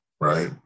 right